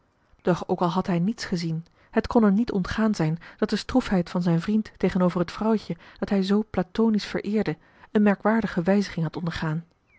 doch ook al had hij niets gezien het kon hem niet ontgaan zijn dat de stroefheid van zijn vriend tegenover het vrouwtje dat hij zoo platonisch vereerde een merkwaardige wijziging had ondergaan